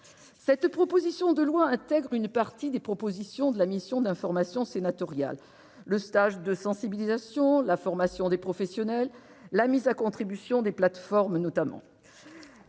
Cette proposition de loi intègre une partie des propositions de la mission d'information sénatoriale : le stage de sensibilisation, la formation des professionnels et la mise à contribution des plateformes, notamment.